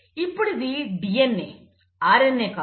ఇప్పుడు ఇది DNA RNA కాదు